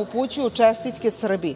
upućuju čestitke Srbiji,